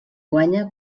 guanya